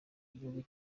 igihugu